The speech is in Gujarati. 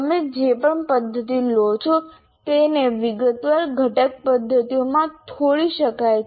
તમે જે પણ પદ્ધતિ લો છો તેને વિગતવાર ઘટક પદ્ધતિઓમાં પણ તોડી શકાય છે